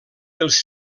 els